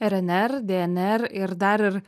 rnr dnr ir dar ir